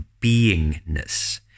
beingness